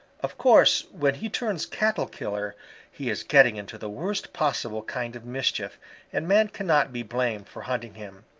of course when he turns cattle killer he is getting into the worst possible kind of mischief and man cannot be blamed for hunting him.